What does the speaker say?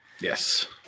Yes